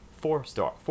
four-star